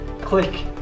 click